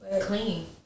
Clean